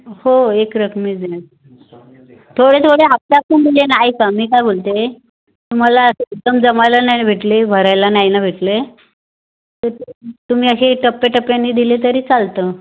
हो एक रकमीच देणे थोडे थोडे हफ्त्या हफ्त्याने द्या ना ऐका मी काय बोलते तुम्हाला एकदम जमायला नाही भेटले भरायला नाही ना भेटले तर तुम्ही असे टप्प्या टप्प्याने दिले तरी चालतं